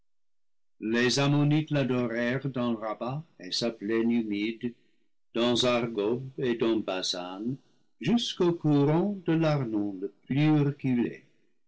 les ammonites l'adorèrent dans rabba et sa plaine humide dans argob et dans basan jusqu'au courant de l'arnon le plus reculé